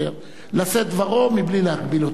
לשאת את דברו מבלי להגביל אותו בזמן.